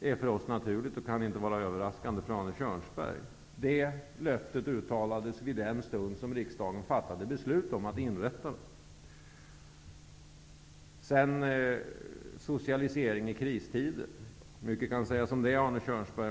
är för oss naturligt Det kan inte vara överraskande för Arne Mycket kan sägas om socialisering i kristider, Arne Kjörnsberg.